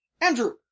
Andrew